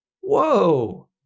Whoa